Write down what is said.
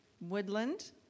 woodland